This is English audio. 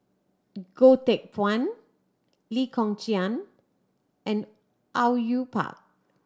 Goh Teck Phuan Lee Kong Chian and Au Yue Pak